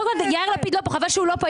חבל שיאיר לפיד לא פה,